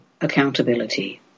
accountability